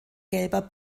gelber